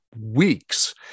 weeks